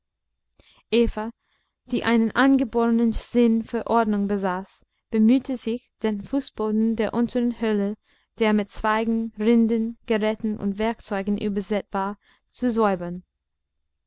die einen angeborenen sinn für ordnung besaß bemühte sich den fußboden der unteren höhle der mit zweigen rinden geräten und werkzeugen übersät war zu säubern